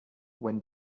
when